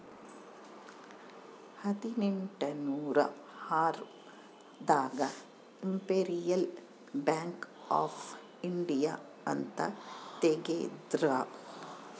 ಹದಿನೆಂಟನೂರ ಆರ್ ದಾಗ ಇಂಪೆರಿಯಲ್ ಬ್ಯಾಂಕ್ ಆಫ್ ಇಂಡಿಯಾ ಅಂತ ತೇಗದ್ರೂ